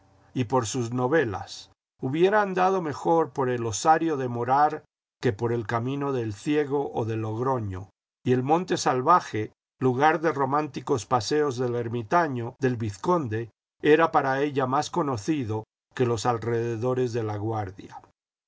y por sus novelas hubiera andado mejor por el osario del morar que por el camino de el ciego o de logroño y el monte salvaje lugar de románticos paseos del ermitaño del vizconde era para ella más conocido que los alrededores de laguardia